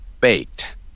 baked